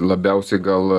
labiausiai gal